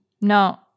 No